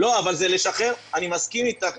אני מסכים אתך,